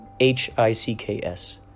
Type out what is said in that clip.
H-I-C-K-S